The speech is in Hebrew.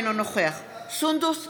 אינו נוכח סונדוס סאלח,